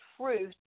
truth